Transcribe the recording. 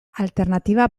alternatiba